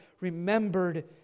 remembered